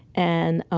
and